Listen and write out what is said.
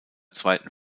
zweiten